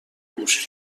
گوش